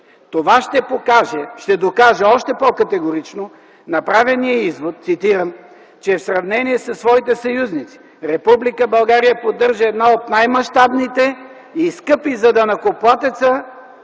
Това ще докаже още по-категорично направения извод, „че в сравнение със своите съюзници Република България поддържа една от най-мащабните и скъпи за данъкоплатеца